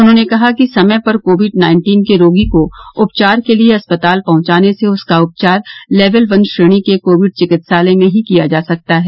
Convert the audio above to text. उन्होंने कहा कि समय पर कोविड नाइन्टीन के रोगी को उपचार के लिए अस्पताल पहुंचाने से उसका उपचार लेवल वन श्रेणी के कोविड चिकित्सालय में ही किया जा सकता है